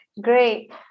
Great